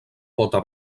pota